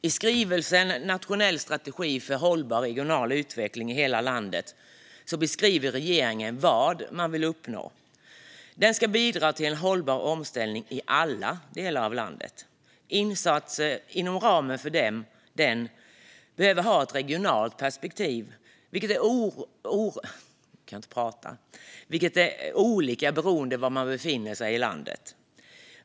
I skrivelsen Nationell strategi för hållbar regional utveckling i hela landet 2021-2030 beskriver regeringen vad man vill uppnå. Den ska bidra till en hållbar omställning i alla delar av landet. Insatser inom ramen för den behöver ha ett regionalt perspektiv, vilket är olika beroende på var man befinner sig i landet.